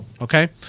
okay